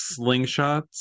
Slingshots